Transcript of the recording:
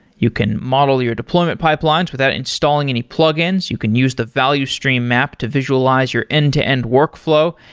you can model your deployment pipelines without installing any plugins, you can use the value stream map to visualize your end-to-end workflow.